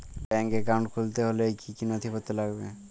Bank account খুলতে হলে কি কি নথিপত্র লাগবে?